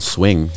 Swing